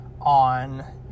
on